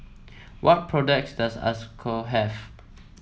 what products does Isocal have